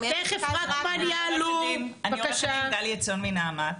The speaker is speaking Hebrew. אני עו"ד גלי עציון מנעמת,